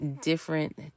different